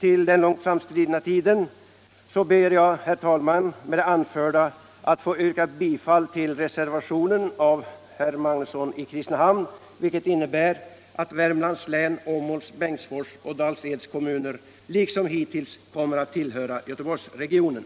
till den långt framskridna tiden ber jag att med det anförda få yrka bifall till reservationen av herr Magnusson i Kristinehamn, vilket innebär att Värmlands län, Åmåls, Bengtsfors och Dals-Eds kommuner liksom hittills kommer att tillhöra Göteborgsregionen.